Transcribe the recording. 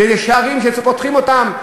אלה שערים שפותחים אותם,